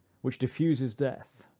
which diffuses death.